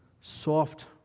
soft